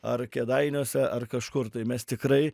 ar kėdainiuose ar kažkur tai mes tikrai